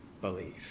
Believe